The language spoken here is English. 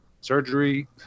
surgery